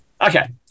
Okay